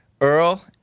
Earl